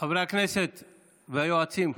חברי הכנסת והיועצים,